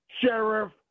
sheriff